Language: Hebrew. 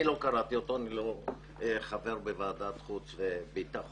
לא קראתי אותו מכיוון שאיני חבר בוועדת חוץ וביטחון,